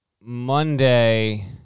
Monday